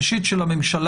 ראשית של הממשלה,